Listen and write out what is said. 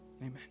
Amen